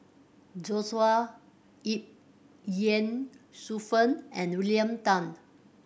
Joshua Ip Ye Shufang and William Tan